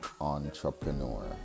entrepreneur